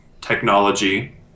technology